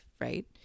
right